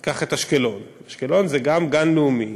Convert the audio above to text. אם תיקח את אשקלון, אשקלון זה גם גן לאומי,